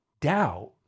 Doubt